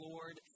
Lord